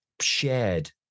shared